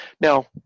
Now